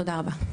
תודה רבה.